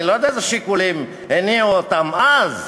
אני לא יודע איזה שיקולים הניעו אותם אז,